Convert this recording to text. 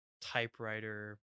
typewriter